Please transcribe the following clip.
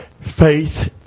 Faith